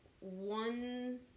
one